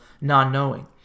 non-knowing